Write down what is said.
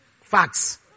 Facts